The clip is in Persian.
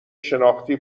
شناختی